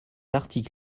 article